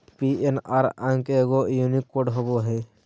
PNR अंक एगो unique code होबो हइ